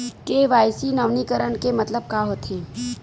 KYC नवीनीकरण के मतलब का होथे?